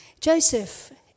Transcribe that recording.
Joseph